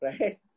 Right